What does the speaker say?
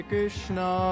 Krishna